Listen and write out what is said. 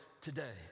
today